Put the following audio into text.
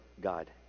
God